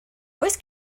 oes